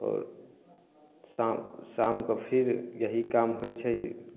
आओर शा शामकऽ फिर ई काम होइ छै